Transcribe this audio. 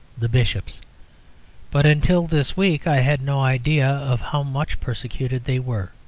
the bishops but until this week i had no idea of how much persecuted they were.